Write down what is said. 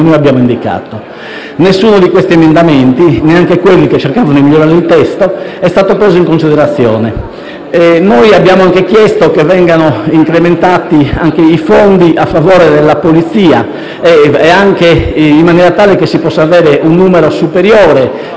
noi abbiamo indicato. Nessuno di questi emendamenti, neanche quelli che cercavano di migliorare il testo, è stato preso in considerazione. Noi abbiamo anche chiesto che vengano incrementati i fondi a favore della Polizia, in maniera tale che si possa avere un numero superiore